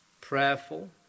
prayerful